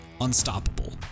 unstoppable